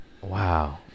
wow